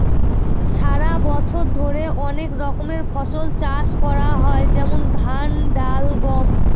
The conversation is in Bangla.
সারা বছর ধরে অনেক রকমের ফসল চাষ করা হয় যেমন ধান, ডাল, গম